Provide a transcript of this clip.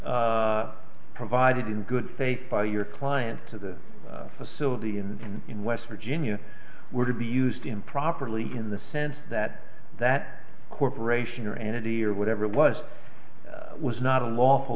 provided in good faith by your client to the facility and in west virginia were to be used improperly in the sense that that corporation or entity or whatever it was was not a lawful